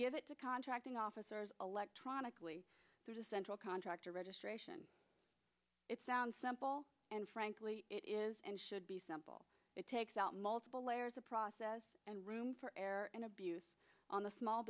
give it to contracting officers electronically through the central contractor registration it sounds simple and frankly it is and should be simple it takes out multiple layers of process and room for error and abuse on the small